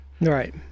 Right